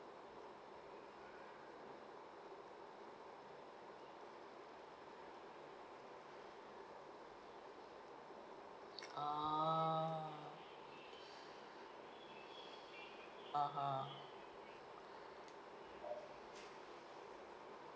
ah (uh huh)